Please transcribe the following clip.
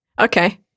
okay